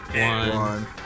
one